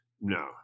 no